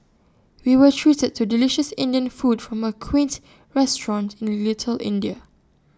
we were treated to delicious Indian food from A quaint restaurant in little India